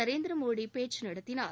நரேந்திரமோடி பேச்சு நடத்தினார்